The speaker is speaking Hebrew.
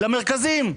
למרכזים.